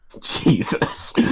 Jesus